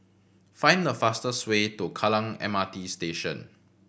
find the fastest way to Kallang M R T Station